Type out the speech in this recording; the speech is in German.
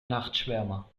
nachtschwärmer